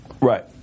Right